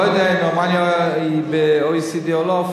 אני לא יודע אם רומניה היא ב-OECD או לא.